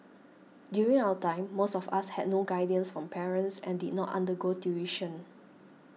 during our time most of us had no guidance from parents and did not undergo tuition